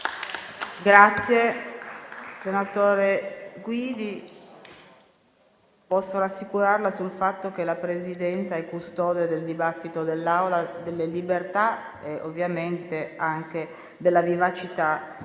Senatore Guidi, posso rassicurarla sul fatto che la Presidenza è custode del dibattito dell'Assemblea, delle libertà e, ovviamente, anche della vivacità